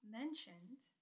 mentioned